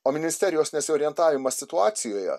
o ministerijos nesiorientavimas situacijoje